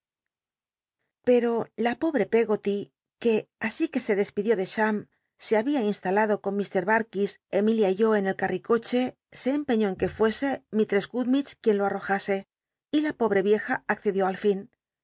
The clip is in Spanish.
pero la pobre peggoly que así que se despidió de cbam se babia instalado con m da'ds emilia y yo en el cnrricoche se empeiíó en tue fuese mistress gummidgc quien lo arrojase y la pobre ieja accedió al fin